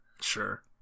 sure